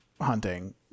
hunting